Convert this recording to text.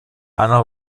она